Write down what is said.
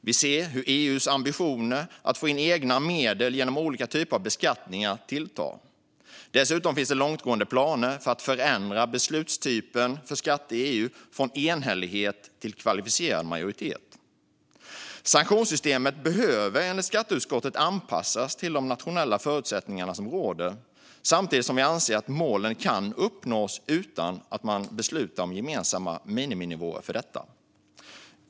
Vi ser hur EU:s ambitioner att få in egna medel genom olika typer av beskattning tilltar. Dessutom finns det långtgående planer på att förändra beslutstypen för skatter i EU från enhällighet till kvalificerad majoritet. Förslag till rådets direktiv om ändring av direktiv 2011 EU om administrativt samarbete i fråga om beskattning Sanktionssystemet behöver enligt skatteutskottet anpassas till de nationella förutsättningar som råder. Samtidigt anser vi att målen kan uppnås utan att man beslutar om gemensamma miniminivåer för detta.